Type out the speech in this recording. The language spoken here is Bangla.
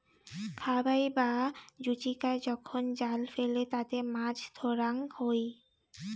খাবাই বা জুচিকায় যখন জাল ফেলে তাতে মাছ ধরাঙ হই